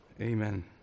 Amen